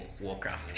Warcraft